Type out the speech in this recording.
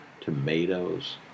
tomatoes